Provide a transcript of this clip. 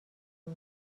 روز